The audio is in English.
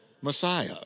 Messiah